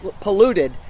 polluted